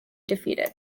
defeated